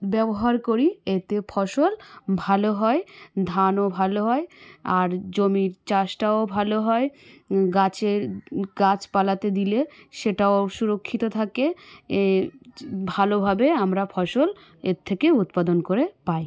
ব্যবহার করি এতে ফসল ভালো হয় ধানও ভালো হয় আর জমির চাষটাও ভালো হয় গাছের গাছপালাতে দিলে সেটাও সুরক্ষিত থাকে এ ভালোভাবে আমরা ফসল এর থেকে উৎপাদন করে পাই